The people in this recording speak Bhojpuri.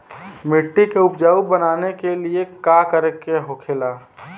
मिट्टी के उपजाऊ बनाने के लिए का करके होखेला?